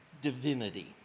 divinity